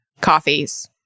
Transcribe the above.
coffees